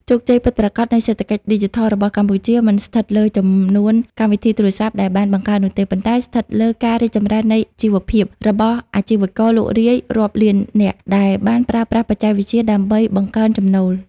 ជោគជ័យពិតប្រាកដនៃសេដ្ឋកិច្ចឌីជីថលរបស់កម្ពុជា មិនស្ថិតលើចំនួនកម្មវិធីទូរស័ព្ទដែលបានបង្កើតនោះទេ ប៉ុន្តែស្ថិតលើ "ការរីកចម្រើននៃជីវភាព" របស់អាជីវករលក់រាយរាប់លាននាក់ ដែលបានប្រើប្រាស់បច្ចេកវិទ្យាដើម្បីបង្កើនចំណូល។